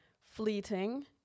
fleeting